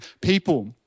people